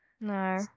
no